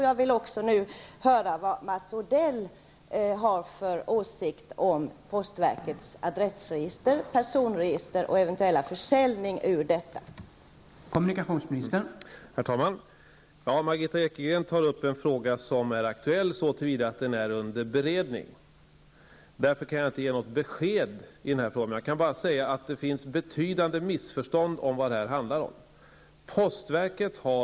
Jag skulle nu vilja höra vad Mats Odell har för åsikt om postverkets adress och personregister samt om en eventuell försäljning av uppgifter ur detta register.